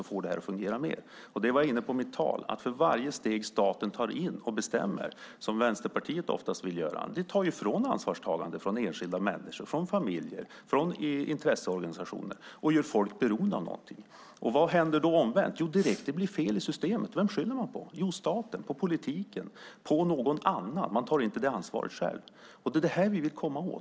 Man ska få det här att fungera bättre. I mitt tal var jag inne på detta, att för varje steg staten tar och bestämmer, som Vänsterpartiet oftast vill, tas ansvarstagandet från enskilda människor, från familjer och från intresseorganisationer. Och det gör folk beroende av någonting. Vad händer då omvänt? Vem skyller man på om det blir fel i systemet? Jo, man skyller på staten, på politiken, på någon annan. Man tar inte det ansvaret själv. Det är detta vi vill komma åt.